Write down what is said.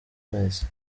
amezi